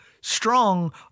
strong